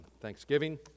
Thanksgiving